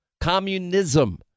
communism